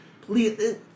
please